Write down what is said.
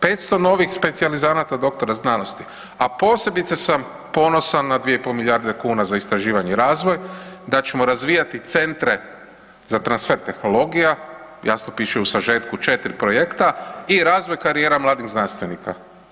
500 novih specijalizanata, doktora znanosti, a posebice sam ponosan na 2,5 milijarde kuna za istraživanje i razvoj, da ćemo razvijati centre za transfer tehnologija, jasno piše u sažetku, 4 projekta, i razvoj karijera mladih znanstvenika.